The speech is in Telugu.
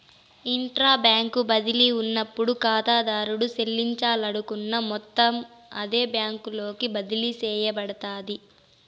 ఇంట్రా బ్యాంకు బదిలీ ఉన్నప్పుడు కాతాదారుడు సెల్లించాలనుకున్న మొత్తం అదే బ్యాంకులోకి బదిలీ సేయబడతాది